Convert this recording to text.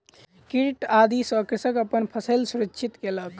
कीट आदि सॅ कृषक अपन फसिल सुरक्षित कयलक